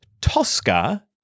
Tosca